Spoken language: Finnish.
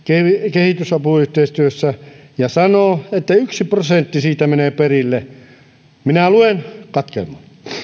kehitysapuyhteistyössä ja sanoo että yksi prosentti siitä menee perille minä luen katkelman